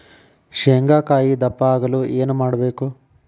ಶೇಂಗಾಕಾಯಿ ದಪ್ಪ ಆಗಲು ಏನು ಮಾಡಬೇಕು?